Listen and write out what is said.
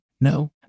no